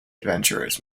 adventurers